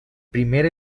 primer